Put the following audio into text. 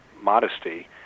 modesty